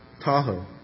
Tahoe